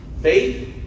Faith